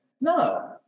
no